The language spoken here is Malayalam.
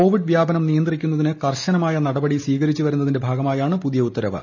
കോവിഡ് വ്യാപനം നിയന്ത്രിക്കുന്നതിന് കർശനമായ നടപടികൾ സ്വീകരിച്ചു വരുന്നതിന്റെ ഭാഗമായാണ് പുതിയ ഉത്തരവ്